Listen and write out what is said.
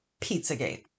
Pizzagate